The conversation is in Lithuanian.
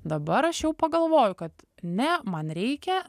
dabar aš jau pagalvoju kad ne man reikia